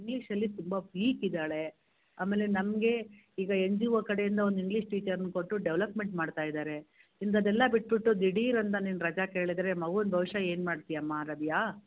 ಇಂಗ್ಲೀಷಲ್ಲಿ ತುಂಬ ವೀಕ್ ಇದ್ದಾಳೆ ಆಮೇಲೆ ನಮಗೆ ಈಗ ಏನ್ ಜಿ ಓ ಕಡೆಯಿಂದ ಒಂದು ಇಂಗ್ಲೀಷ್ ಟೀಚರನ್ನ ಕೊಟ್ಟು ಡೆವಲಪ್ಮೆಂಟ್ ಮಾಡ್ತಯಿದ್ದಾರೆ ನಿಂದು ಅದೆಲ್ಲ ಬಿಟ್ಟುಬಿಟ್ಟು ದಿಢೀರ್ ಅಂತ ನೀನು ರಜೆ ಕೇಳಿದ್ರೆ ಮಗುನ ಭವಿಷ್ಯ ಏನು ಮಾಡ್ತಿಯಮ್ಮ ರವಿಯಾ